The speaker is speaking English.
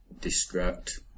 distract